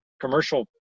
commercial